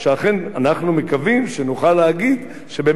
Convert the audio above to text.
מקווים שנוכל להגיד שבאמת לא יפנו אותם.